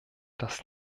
das